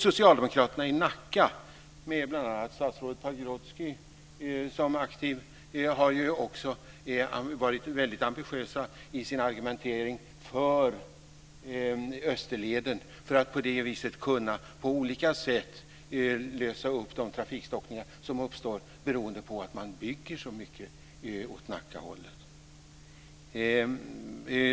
Socialdemokraterna i Nacka, med bl.a. statsrådet Pagrotsky som aktiv, har ju också varit väldigt ambitiösa i sin argumentering för Österleden för att på det viset på olika sätt kunna lösa upp de trafikstockningar som uppstår beroende på att man bygger så mycket åt Nackahållet.